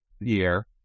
year